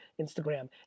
Instagram